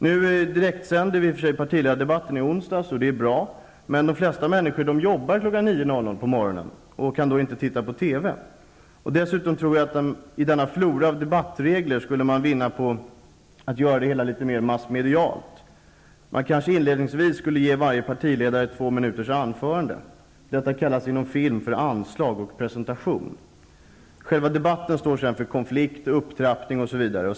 Nu direktsändes partiledardebatten i onsdags, och det är bra. Men de flesta människor arbetar kl. 9.00 på morgonen och kan då inte titta på TV. I floran av debattregler skulle mycket vinnas på att göra debatten mera massmedial. Inledningsvis skulle varje partiledare kunna få ett två minuter långt anförande. Detta kallas inom film för anslag och presentation. Själva debatten står sedan för konflikt, upptrappning osv.